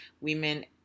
women